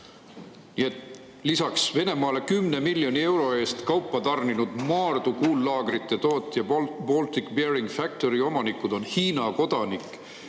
sõjatööstust. Venemaale 10 miljoni euro eest kaupa tarninud Maardu kuullaagrite tootja Baltic Bearing Factory omanikud on Hiina kodanik